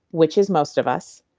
which is most of us,